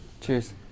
cheers